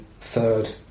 third